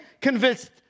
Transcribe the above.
convinced